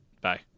Bye